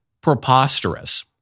preposterous